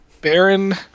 Baron